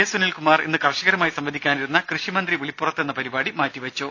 S Sunilkumar ഇന്ന് കർഷകരുമായി സംവദിക്കാനിരുന്ന കൃഷിമന്ത്രി വിളിപ്പുറത്ത് എന്ന പരിപാടി മാറ്റിവെച്ചു